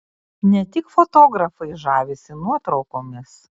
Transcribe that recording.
ne tik fotografai žavisi nuotraukomis